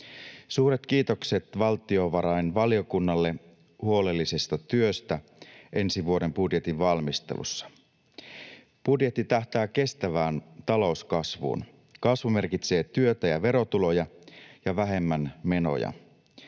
Suuret kiitokset valtiovarainvaliokunnalle huolellisesta työstä ensi vuoden budjetin valmistelussa. Budjetti tähtää kestävään talouskasvuun. Kasvu merkitsee työtä ja verotuloja ja vähemmän menoja.